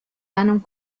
einem